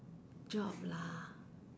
job lah